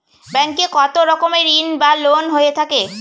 Bank এ কত রকমের ঋণ বা লোন হয়ে থাকে?